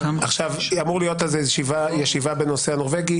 אמורה להיות ישיבה בנושא הנורבגי.